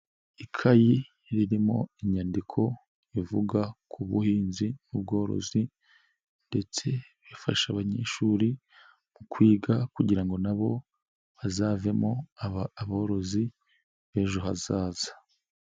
Ikayi ririmo inyandiko ivuga ku buhinzi n'ubworozi, ndetse bifasha abanyeshuri mu kwiga kugira ngo nabo bazavemo aborozi b'ejo hazaza.